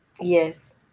Yes